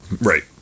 right